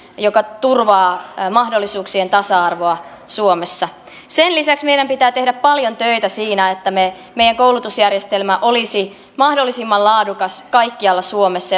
joka turvaa mahdollisuuksien tasa arvoa suomessa sen lisäksi meidän pitää tehdä paljon töitä siinä että meidän koulutusjärjestelmämme olisi mahdollisimman laadukas kaikkialla suomessa